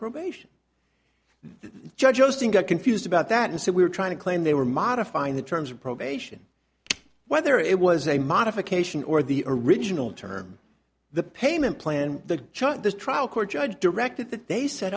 probation the judge just got confused about that and said we are trying to claim they were modifying the terms of probation whether it was a modification or the original term the payment plan the charge this trial court judge directed that they set